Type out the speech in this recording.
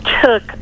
took